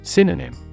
Synonym